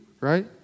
right